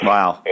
Wow